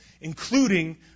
including